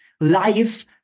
life